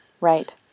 Right